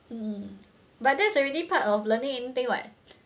um but that's already part of learning anything [what]